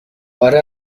اره